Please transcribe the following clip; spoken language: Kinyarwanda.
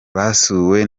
basuwe